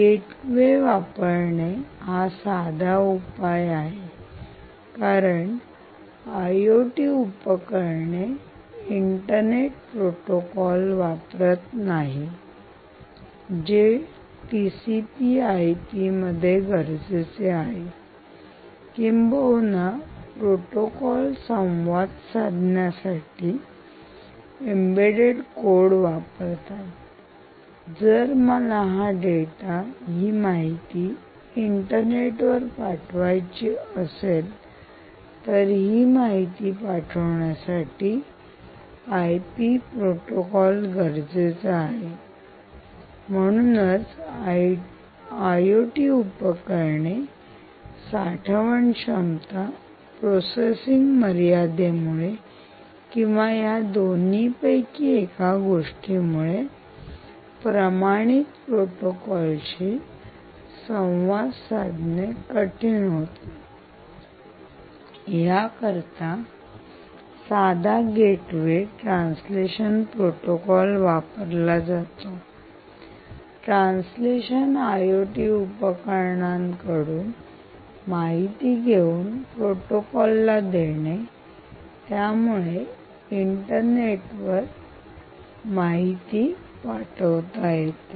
gateway वापरणे हा साधा उपाय आहे कारण IOT उपकरणे इंटरनेट प्रोटोकॉल वापरत नाही जे टीसीपी आयपी मध्ये गरजेचे आहे किंबहुना प्रोटोकॉल संवाद साधण्यासाठी एम्बेड्डेड कोड वापरतात जर मला हा डेटा ही माहिती इंटरनेटवर पाठवायची असेल तर ही माहिती पाठवण्यासाठी आयपी प्रोटोकॉल गरजेचा आहे म्हणूनच आयओटी उपकरणे साठवण क्षमता प्रोसेसिंग मर्यादेमुळे किंवा या दोन्हीपैकी एका गोष्टीमुळे प्रमाणित प्रोटोकॉलशी संवाद साधणे कठीण होते याकरता साधा गेटवे ट्रान्सलेशन प्रोटोकॉल वापरला जातो ट्रान्सलेशन आयओटी उपकरणां कडून माहिती घेऊन प्रोटोकॉलला देणे त्यामुळे इंटरनेटवर माहिती पाठवता येते